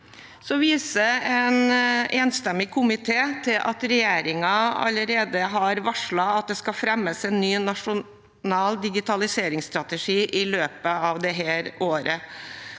være. En enstemmig komité viser til at regjeringen har varslet at det skal fremmes en ny nasjonal digitaliseringsstrategi i løpet av dette året,